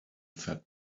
fed